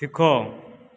तिखो